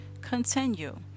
continue